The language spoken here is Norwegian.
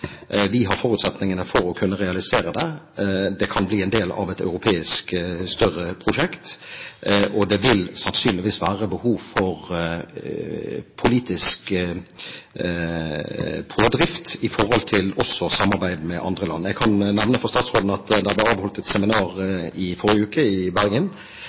Vi har forutsetningene for å kunne realisere det. Det kan bli en del av et større europeisk prosjekt, og det vil sannsynligvis også være behov for politisk pådrift med tanke på samarbeid med andre land. Jeg kan nevne for statsråden at det ble avholdt et seminar om dette prosjektet i Bergen